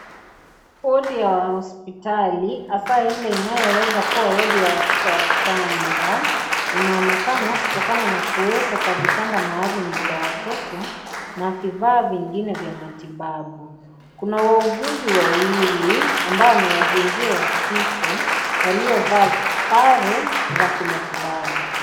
Wodi ya hospitali hasa ile inayowezakuwa wodi ya watoto wachanga inaonekana kutokana na kuwepo kwa vitanda maalum vya watoto na vifaa vingine vya matibabu, kuna wauguzi wawili ambao ni wa jinsia ya kike waliovaa sare ya kimatibabu.